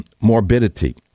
morbidity